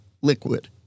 liquid